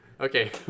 Okay